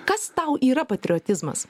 kas tau yra patriotizmas